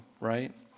right